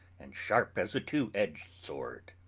and sharp as a two-edged sword.